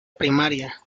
primaria